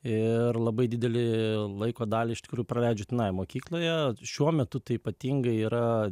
ir labai didelį laiko dalį iš tikrųjų praleidžiu tenai mokykloje šiuo metu tai ypatingai yra